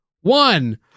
one